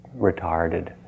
retarded